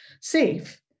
safe